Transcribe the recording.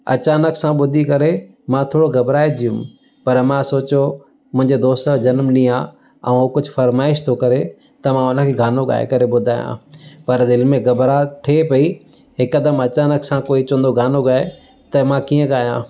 अचानक सां ॿुधी करे मां थोरो घॿराइजी वियुमि पर मां सोचियो मुंहिंजे दोस्त जो जनमॾींहुं आहे ऐं कुझु फ़रमाइश थो करे त मां उनखे गानो ॻाए करे ॿुधायां पर दिलि में घॿराहट थिए पई हिकदमि अचानक सां कोई चवंदो गानो ॻाए त मां कीअं ॻायां